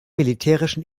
militärischen